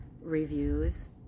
reviews